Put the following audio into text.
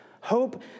Hope